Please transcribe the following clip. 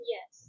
Yes